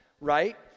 right